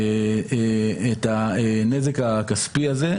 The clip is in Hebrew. את הנזק הכספי הזה,